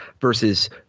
versus